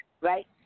right